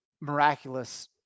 miraculous